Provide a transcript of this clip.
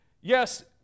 yes